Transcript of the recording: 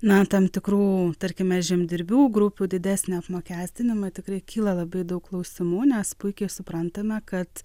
na tam tikrų tarkime žemdirbių grupių didesnį apmokestinamą tikrai kyla labai daug klausimų nes puikiai suprantame kad